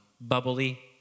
bubbly